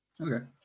Okay